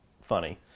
funny